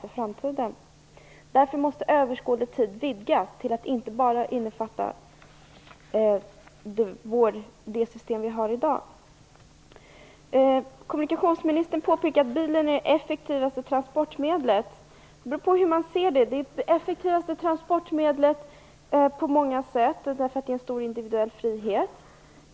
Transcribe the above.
Därför måste begreppet överskådlig tid vidgas till att inte bara innefatta det system som vi har i dag. Kommunikationsministern påpekade att bilen var det effektivaste transportmedlet. Det beror på hur man ser det. Bilen är det effektivaste transportmedlet på många sätt, eftersom den ger en väldigt stor individuell frihet.